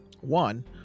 One